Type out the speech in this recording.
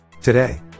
today